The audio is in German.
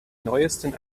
neuesten